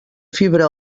fibra